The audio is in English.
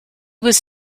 was